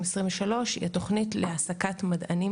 היא התוכנית להעסקת מדענים